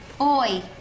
Oi